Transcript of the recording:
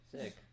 Sick